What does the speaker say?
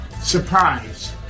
surprise